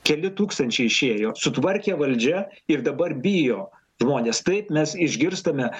keli tūkstančiai išėjo sutvarkė valdžia ir dabar bijo žmonės taip mes išgirstame